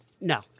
No